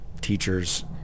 teachers